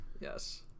Yes